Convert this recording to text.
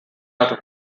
after